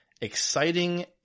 exciting